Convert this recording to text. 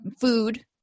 food